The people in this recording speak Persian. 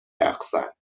رقصن